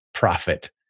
profit